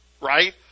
right